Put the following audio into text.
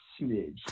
smidge